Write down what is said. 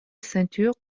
ceintures